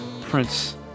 Prince